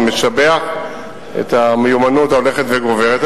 אני משבח את המיומנות ההולכת וגוברת,